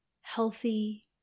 healthy